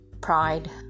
pride